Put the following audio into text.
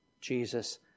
Jesus